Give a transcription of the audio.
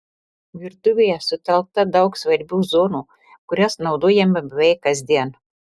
virtuvėje sutelkta daug svarbių zonų kurias naudojame beveik kasdien